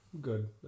good